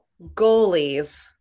goalies